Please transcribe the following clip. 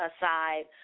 aside